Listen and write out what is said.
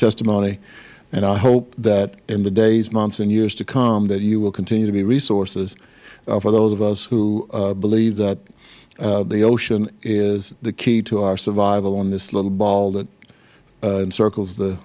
testimony and i hope that in the days months and years to come that you will continue to be resources for those of us who believe that the ocean is the key to our survival on this little ball that circles the